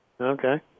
Okay